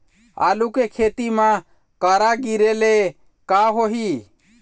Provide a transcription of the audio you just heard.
आलू के खेती म करा गिरेले का होही?